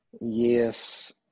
Yes